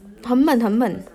很闷很闷